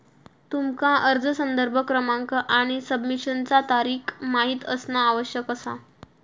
तुमका अर्ज संदर्भ क्रमांक आणि सबमिशनचा तारीख माहित असणा आवश्यक असा